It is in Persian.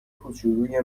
کوچولوی